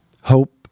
Hope